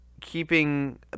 keeping